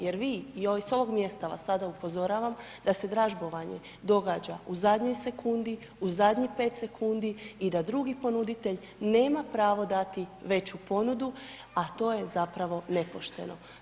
Jer vi, s ovog mjesta vas sada upozoravam da se dražbovanje događa u zadnjoj sekundi, u zadnjih 5 sekundi i da drugi ponuditelj nema pravo dati veću ponudu, a to je zapravo nepošteno.